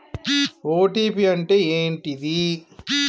OTP అంటే ఏంటిది?